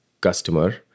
customer